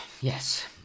Yes